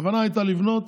הכוונה הייתה לבנות